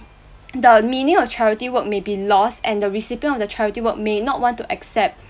the meaning of charity work may be lost and the recipient of the charity work may not want to accept